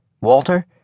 Walter